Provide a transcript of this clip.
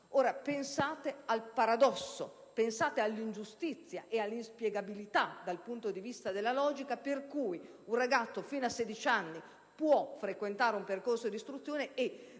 pertanto al paradosso, all'ingiustizia e all'inspiegabilità dal punto di vista della logica del fatto che un ragazzo fino a 16 anni possa frequentare un percorso d'istruzione e,